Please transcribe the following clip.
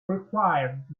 required